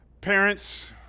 Parents